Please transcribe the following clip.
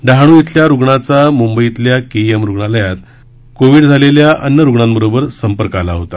डहाणू इथल्या रुग्णाचा म्ंबईतल्या के ई एम रुग्णालयात कोविड विषाणू बाधित अन्य रुग्णांबरोबर सं र्क आला होता